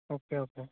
okay okay